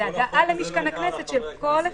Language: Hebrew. זו הגעה למשכן הכנסת של כל אחד.